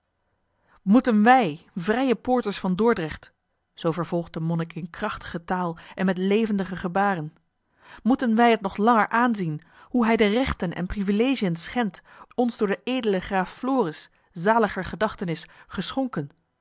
moeten wij vrije poorters van dordrecht zoo vervolgt de monnik in krachtige taal en met levendige gebaren moeten wij het nog langer aanzien hoe hij de rechten en privilegiën schendt ons door den edelen graaf floris zaliger gedachtenis geschonken